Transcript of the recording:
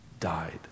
Died